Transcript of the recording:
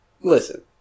listen